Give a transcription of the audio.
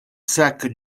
sac